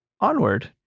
Onward